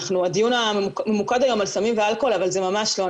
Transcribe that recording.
הדיון ממוקד היום על סמים ואלכוהול אבל זה ממש לא.